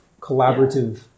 collaborative